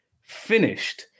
finished